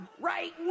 right